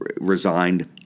resigned